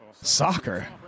Soccer